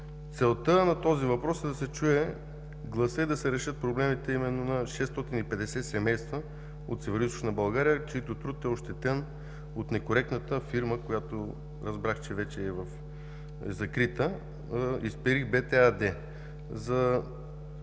Целта на този въпрос е да се чуе гласът и да се решат проблемите именно на 650 семейства от Североизточна България, чийто труд е ощетен от некоректната фирма, която разбрах, че вече е закрита – „Исперих БТ“ АД.